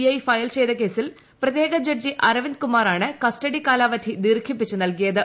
I file ചെയ്ത കേസിൽ പ്രത്യേക ജഡ്ജി അരവിന്ദ് കുമാറാണ് കസ്റ്റഡി കാലാവധി ദീർഘിപ്പിച്ചു നൽകിയത്